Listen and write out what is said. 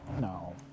no